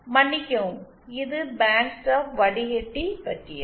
மன்னிக்கவும் இது band stop வடிகட்டி பற்றியது